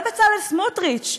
ובצלאל סמוטריץ,